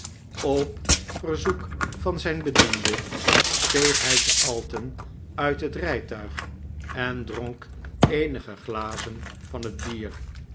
op verzoek van zijn bediende steeg hij te alton uit het rijtuig en dronk eenige glazen van het bier